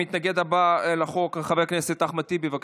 המתנגד הבא לחוק, חבר הכנסת אחמד טיבי, בבקשה.